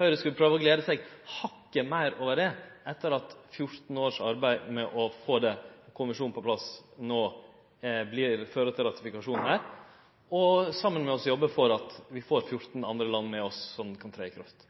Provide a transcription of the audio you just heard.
Høgre skulle prøve å glede seg hakket meir over det, etter at 14 års arbeid med å få konvensjonen på plass no fører til ratifikasjon, og saman med oss jobbe for at vi får 14 andre land med oss, slik at han kan ta til å gjelde.